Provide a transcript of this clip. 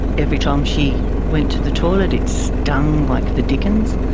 every time she went to the toilet it stung like the dickens.